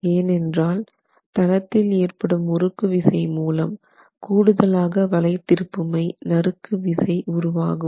ஏனென்றால் தளத்தில் ஏற்படும் முறுக்கு விசை மூலம் கூடுதலாக வளை திருப்புமை நறுக்கு விசை உருவாகும்